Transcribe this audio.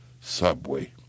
subway